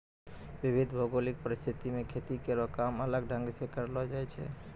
विविध भौगोलिक परिस्थिति म खेती केरो काम अलग ढंग सें करलो जाय छै